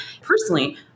personally